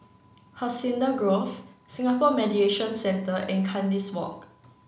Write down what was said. hacienda Grove Singapore Mediation Centre and Kandis Walk